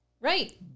Right